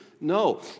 No